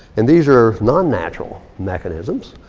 and these are non-natural mechanisms.